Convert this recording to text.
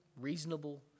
reasonable